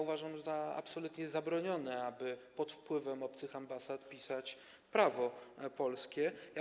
Uważam za absolutnie zabronione, aby pod wpływem obcych ambasad pisać polskie prawo.